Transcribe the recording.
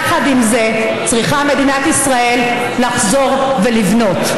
יחד עם זה צריכה מדינת ישראל לחזור ולבנות.